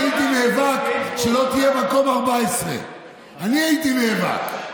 אני הייתי נאבק שלא תהיה במקום 14. אני הייתי נאבק.